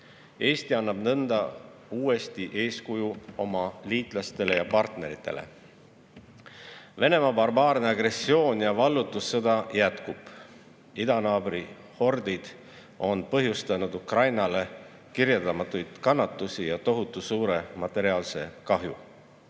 Eesti annab nõnda uuesti eeskuju oma liitlastele ja partneritele. Venemaa barbaarne agressioon ja vallutussõda jätkub. Idanaabri hordid on põhjustanud Ukrainale kirjeldamatuid kannatusi ja tohutu suure materiaalse